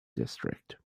district